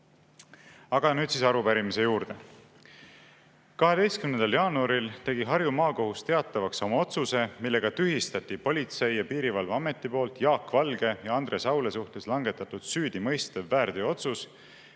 Aga nüüd arupärimise juurde. 12. jaanuaril tegi Harju Maakohus teatavaks oma otsuse, millega tühistati Politsei‑ ja Piirivalveameti poolt Jaak Valge ja Andres Aule suhtes langetatud süüdimõistev väärteootsus,